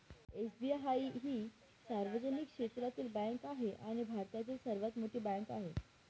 SBI ही सार्वजनिक क्षेत्रातील बँक आहे आणि भारतातील सर्वात मोठी बँक आहे